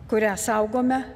kurią saugome